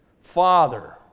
father